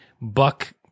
Buck